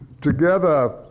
together,